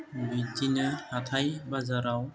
बिदिनो हाथाइ बाजाराव